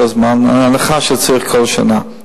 אבל ההנחה היא שצריך כל שנה.